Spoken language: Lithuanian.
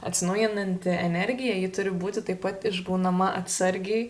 atsinaujinanti energija ji turi būti taip pat išgaunama atsargiai